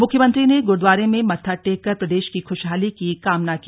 मुख्यमंत्री ने गुरूदारे में मत्था टेक कर प्रदेश की खुशहाली की कामना की